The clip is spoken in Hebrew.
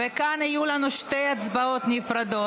להצבעה, וכאן יהיו לנו שתי הצבעות נפרדות.